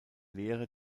lehre